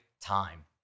time